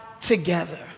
together